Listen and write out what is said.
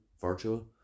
virtual